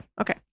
okay